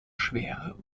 schwere